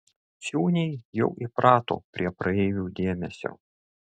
ciūniai jau įprato prie praeivių dėmesio